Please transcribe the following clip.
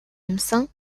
юмсан